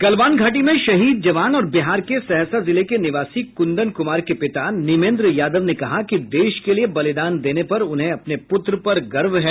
गलवान घाटी में शहीद जवान और बिहार के सहरसा जिले के निवासी कुंदन कुमार के पिता निमेन्द्र यादव ने कहा कि देश के लिए बलिदान देने पर उन्हें अपने पुत्र पर गर्व है